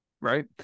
Right